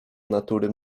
natury